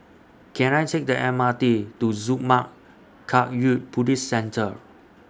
Can I Take The M R T to Zurmang Kagyud Buddhist Centre